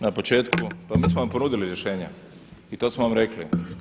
Na početku pa mi smo vam ponudili rješenja i to smo vam rekli.